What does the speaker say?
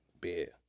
beer